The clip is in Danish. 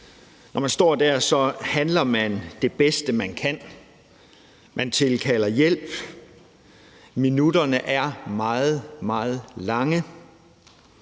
Når man står der, handler man det bedste, man kan; man tilkalder hjælp, minutterne er meget, meget lange.